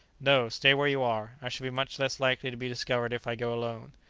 no, stay where you are i shall be much less likely to be discovered if i go alone.